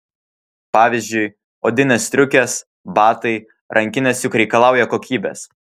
pavyzdžiui odinės striukės batai rankinės juk reikalauja kokybės